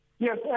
Yes